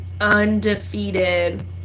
Undefeated